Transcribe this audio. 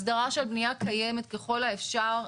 הסדרה של בניה קיימת ככל האפשר,